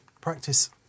practice